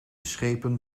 schepen